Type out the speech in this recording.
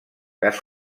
cas